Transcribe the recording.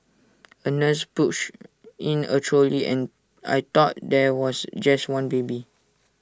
A nurse pushed in A trolley and I thought there was just one baby